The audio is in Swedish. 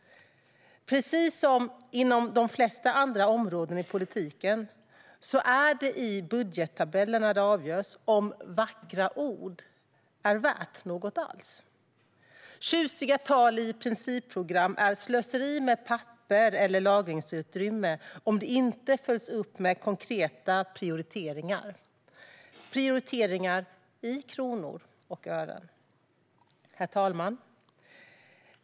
Precis som inom de flesta andra områden i politiken är det i budgettabellerna det avgörs om vackra ord är värt något alls. Tjusiga tal i principprogram är ett slöseri med papper eller lagringsutrymme om det inte följs upp med konkreta prioriteringar - prioriteringar i kronor och ören. Herr talman!